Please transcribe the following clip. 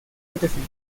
defensivo